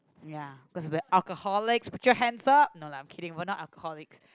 ya cause we're alcoholics put your hands up no lah I'm kidding we are not alcoholics